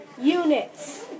Units